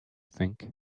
think